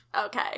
Okay